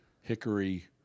Hickory